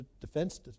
defense